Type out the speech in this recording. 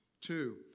Two